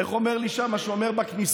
איך אומר לי שם השומר בכניסה?